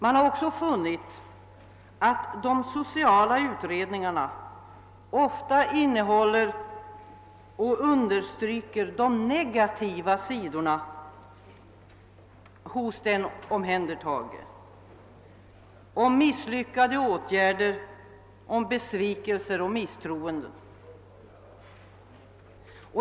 Man har också funnit att de sociala utredningarna ofta innehåller och understryker de negativa sidorna, misslyckade åtgärder, besvikelser och misstroenden.